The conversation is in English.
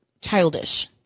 childish